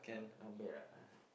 not not bad ah